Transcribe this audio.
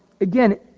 again